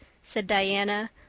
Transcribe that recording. said diana,